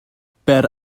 per